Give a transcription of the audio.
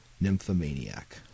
nymphomaniac